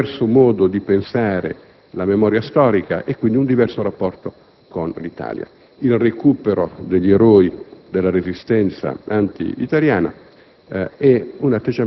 un diverso modo di pensare la memoria storica e, di conseguenza, un diverso rapporto con l'Italia. Avvenne il recupero degli eroi della resistenza antitaliana